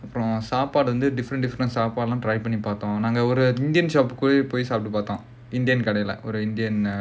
அப்புறம் சாப்பாடு வந்து:appuram saapaadu vandhu different different try பண்ணி பார்த்தோம்:panni paarthom indian shop சாப்பிட்டு பார்த்தோம்:saappittu paarthom indian கடைல:kadaila indian uh restaurant